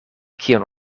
kion